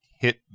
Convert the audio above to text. hit